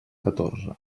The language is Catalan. catorze